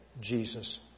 Jesus